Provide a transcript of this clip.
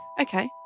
Okay